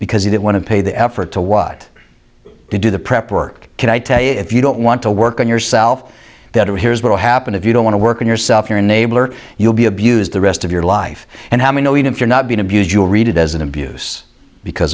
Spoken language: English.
because he didn't want to pay the effort to what to do the prep work can i tell you if you don't want to work on yourself that here's what will happen if you don't want to work on yourself you're unable or you'll be abused the rest of your life and how we know even if you're not being abused you will read it as an abuse because